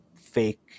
fake